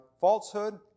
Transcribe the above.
falsehood